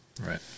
right